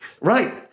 Right